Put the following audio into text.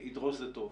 ידרוש זה טוב.